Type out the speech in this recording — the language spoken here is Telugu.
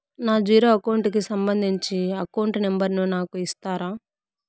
నా జీరో అకౌంట్ కి సంబంధించి అకౌంట్ నెంబర్ ను నాకు ఇస్తారా